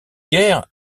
guerre